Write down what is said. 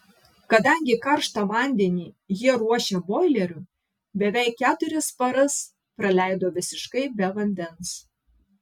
kadangi karštą vandenį jie ruošia boileriu beveik keturias paras praleido visiškai be vandens